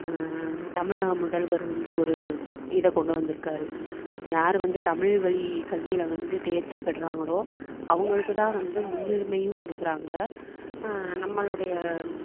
தமிழக முதல்வர் வந்து ஒரு இதை கொண்டு வந்துருக்கார் யார் வந்து தமிழ் வழி கல்வியில் வந்து தேர்ச்சி பெற்றாங்களோ அவங்களுக்கு தான் வந்து முன்னுரிமையும் கொடுக்குறாங்க நம்மளுடைய